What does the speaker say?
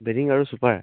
bedding আৰু super